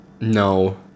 no